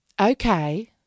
okay